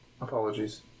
Apologies